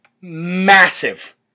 massive